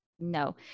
no